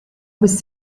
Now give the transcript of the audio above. was